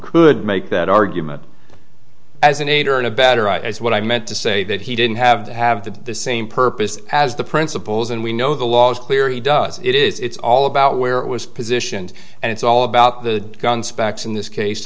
could make that argument as an aider and abettor as what i meant to say that he didn't have to have the same purpose as the principals and we know the law is clear he does it is it's all about where it was positioned and it's all about the gun specs in this case